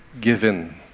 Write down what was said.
given